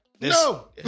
no